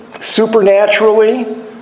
supernaturally